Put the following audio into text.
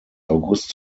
august